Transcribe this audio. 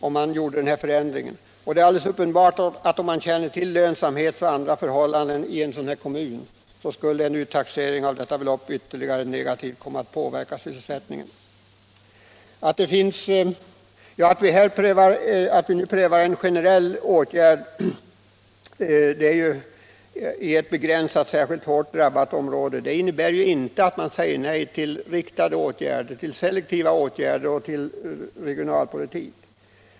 Om man känner till lönsamhetsoch andra förhållanden i en sådan kommun framstår det som uppenbart att en sådan uttaxering skulle påverka sysselsättningen i negativ riktning. Att vi här nu vill pröva en generell åtgärd i ett begränsat, särskilt hårt drabbat område innebär inte att vi säger nej till riktade åtgärder inom regionalpolitiken.